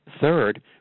Third